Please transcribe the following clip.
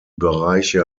bereiche